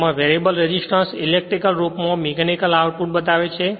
જેમાં variable resistance electrical રૂપ માં મીકેનિકલ આઉટપુટ બતાવે છે